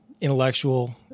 intellectual